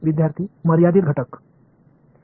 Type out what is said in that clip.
विद्यार्थी मर्यादित घटक